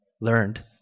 learned